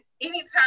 anytime